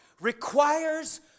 requires